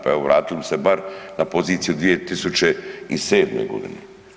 Pa evo vratili bi se bar na poziciju iz 2007. godine.